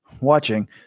watching